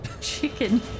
chicken